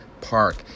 Park